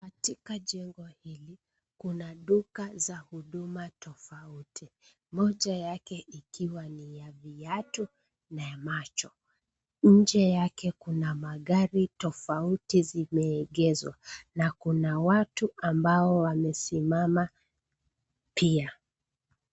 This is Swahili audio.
Katika jengo hili, kuna duka za huduma tofauti, moja yake ikiwa ni ya viatu na macho. Nje yake kuna magari tofauti zimeegezwa na kuna watu ambao wamesimama pia.